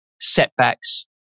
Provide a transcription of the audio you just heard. setbacks